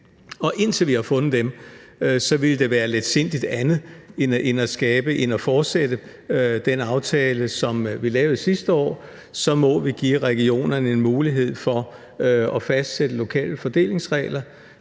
indtil vi har fundet dem, vil det være letsindigt andet end at fortsætte den aftale, som vi lavede sidste år, og give regionerne en mulighed for at fastsætte lokale fordelingsregler.